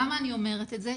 למה אני אומרת את זה?